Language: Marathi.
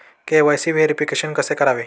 के.वाय.सी व्हेरिफिकेशन कसे करावे?